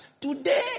today